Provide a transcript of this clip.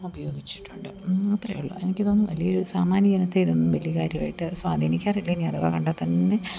ഉപയോഗിച്ചിട്ടുണ്ട് അത്രേയുള്ളൂ എനിക്ക് തോന്നുന്നു വലിയ ഒരു സാമാന്യ ഇനത്തെ ഇതൊന്നും വലിയ കാര്യമായിട്ട് സ്വാധീനിക്കാറില്ല ഇനി അഥവാ കണ്ടാൽ തന്നെ